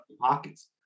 pockets